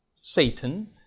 Satan